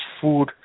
food